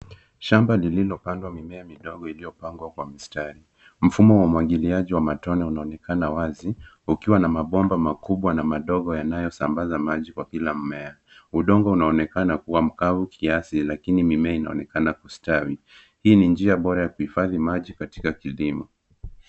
Shamba lililopandwa mimea midogo iliyopangwa kwa mistari. Mfumo wa umwagiliaji wa matone unaonekana wazi ukiwa na mabomba makubwa na madogo yanayosambaza maji kwa kila mmea. Udongo unaonekana kuwa mkavu kiasi lakini mimea inaonekana kustawi. Hii ni njia bora ya kuhifadhi maji katika kilimo.